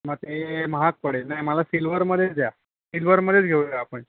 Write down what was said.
मग ते महाग पडेल नाही मला सिल्वरमध्येच द्या सिल्वरमध्येच घेऊया आपण